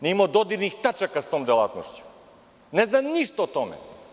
Nije imao dodirnih tačaka sa tom delatnošću, ne zna ništa o tome.